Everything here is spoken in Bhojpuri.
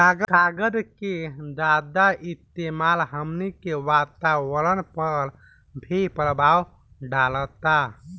कागज के ज्यादा इस्तेमाल हमनी के वातावरण पर भी प्रभाव डालता